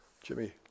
Jimmy